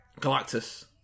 Galactus